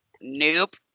Nope